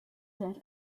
that